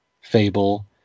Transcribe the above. fable